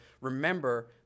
remember